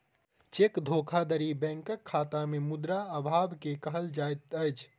cheque धोखाधड़ी बैंकक खाता में मुद्रा अभाव के कहल जाइत अछि